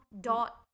dot